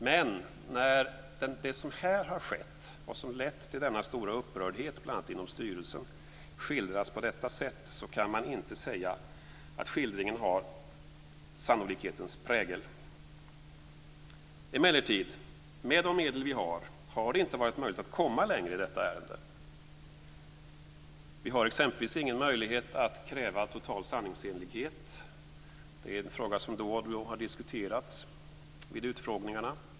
Men när det som har skett och som lett till denna stora upprördhet, bl.a. inom styrelsen, skildras på detta sätt kan man inte säga att skildringen har sannolikhetens prägel. Emellertid, med de medel vi har, har det inte varit möjligt att komma längre i detta ärende. Vi har exempelvis ingen möjlighet att kräva total sanningsenlighet. Det är en fråga som då och då har diskuterats vid utfrågningarna.